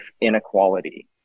inequality